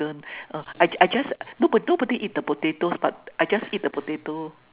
chicken uh I I just nobody nobody eat the potatoes but I just eat the potato